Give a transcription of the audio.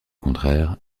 contraire